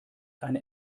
eine